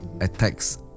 attacks